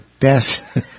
best